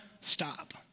Stop